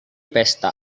pesta